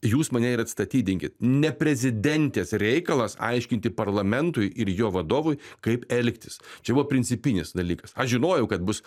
jūs mane ir atsistatydinkit ne prezidentės reikalas aiškinti parlamentui ir jo vadovui kaip elgtis čia buvo principinis dalykas aš žinojau kad bus